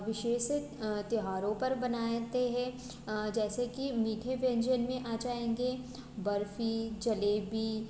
विशेष त्यौहारों पर बनाते हैं जैसे कि मीठे व्यंजन में आ जाएँगे बर्फ़ी जलेबी